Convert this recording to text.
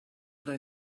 they